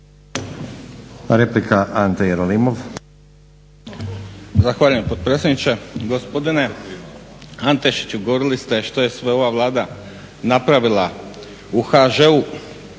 Replika, Ante Jerolimov.